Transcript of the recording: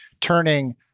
turning